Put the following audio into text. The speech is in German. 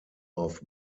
auf